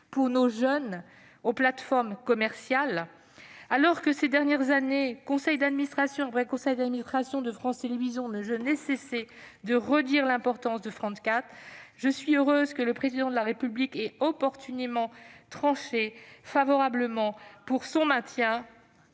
pour nos jeunes, aux plateformes commerciales. Alors que, ces dernières années, conseil d'administration après conseil d'administration de France Télévisions, je n'ai cessé de redire l'importance de France 4, je suis heureuse que le Président de la République ait opportunément tranché en faveur de son maintien,